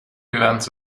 events